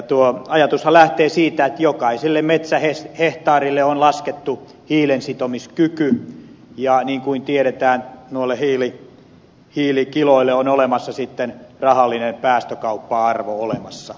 ajatushan lähtee siitä että jokaiselle metsähehtaarille on laskettu hiilensitomiskyky ja niin kuin tiedetään noille hiilikiloille on rahallinen päästökauppa arvo olemassa